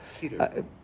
Peter